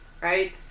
right